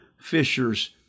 fishers